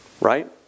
Right